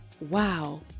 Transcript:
wow